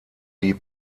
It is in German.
die